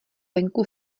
venku